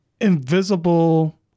invisible